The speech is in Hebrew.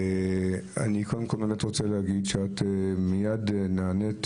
אני רוצה להגיד שאת מייד נענית.